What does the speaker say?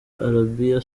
arabia